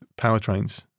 powertrains